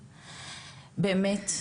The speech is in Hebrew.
באמת.